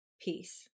peace